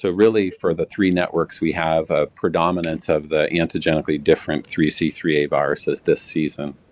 so really, for the three networks, we have a predominance of the antigenically different three c three a viruses this season,